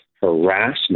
harassment